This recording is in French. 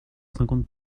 cinquante